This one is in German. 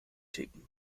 ticken